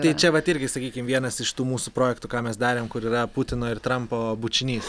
tai čia vat irgi sakykim vienas iš tų mūsų projektų ką mes darėm kur yra putino ir trampo bučinys